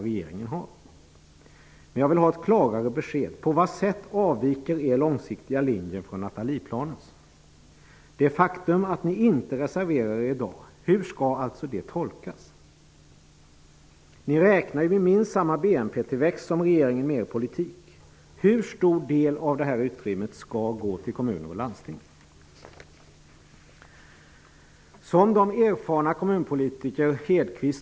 Men jag vill ha ett klarare besked: På vad sätt avviker er långsiktiga linje från Nathalieplanens? Hur skall det faktum att ni inte reserverar er i dag tolkas? Ni räknar ju i er politik med minst samma BNP-tillväxt som regeringen. Hur stor del av detta utrymme skall gå till kommuner och landsting?